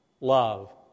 love